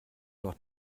noch